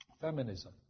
Feminism